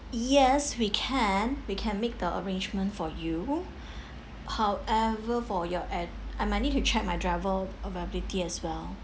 yes we can we can make the arrangement for you however for your ad~ I might need to check my driver availability as well